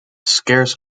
scarce